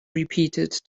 repeated